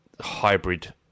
hybrid